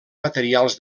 materials